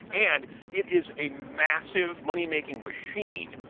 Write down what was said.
and it is a massive moneymaking machine,